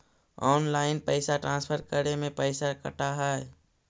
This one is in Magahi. ऑनलाइन पैसा ट्रांसफर करे में पैसा कटा है?